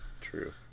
True